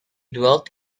dwelt